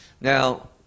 Now